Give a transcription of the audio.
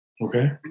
Okay